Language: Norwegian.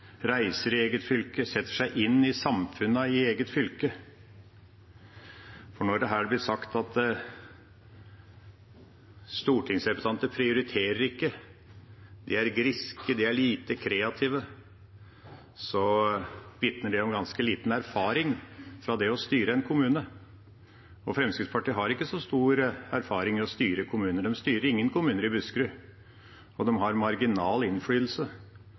reiser i eget fylke, setter seg inn i samfunnene i eget fylke. Når det her blir sagt at kommunepolitikere prioriterer ikke, de er griske, de er lite kreative, så vitner det om ganske liten erfaring med det å styre en kommune. Fremskrittspartiet har ikke så stor erfaring med å styre kommuner. De styrer ingen kommuner i Buskerud, og de har marginal